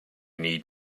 need